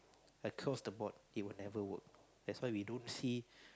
across the board it will never work that's why we don't see